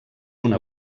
una